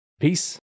Peace